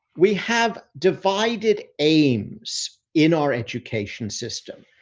we have divided aims in our education system.